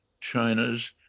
China's